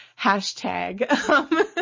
hashtag